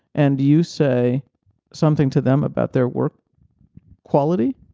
and you say something to them about their work quality,